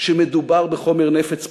שמדובר בחומר נפץ פוליטי.